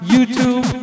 YouTube